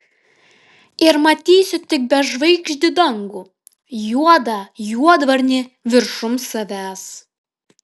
ir matysiu tik bežvaigždį dangų juodą juodvarnį viršum savęs